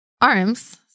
arms